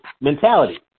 mentality